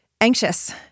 anxious